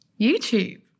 youtube